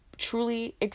truly